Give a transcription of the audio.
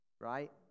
Right